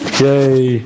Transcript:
yay